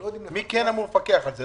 מי אמור לפקח על זה?